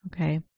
Okay